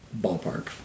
ballpark